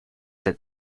that